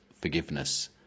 forgiveness